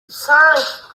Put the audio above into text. cinq